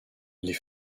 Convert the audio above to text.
les